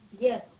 Yes